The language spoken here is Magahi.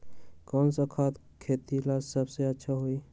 कौन सा खाद खेती ला सबसे अच्छा होई?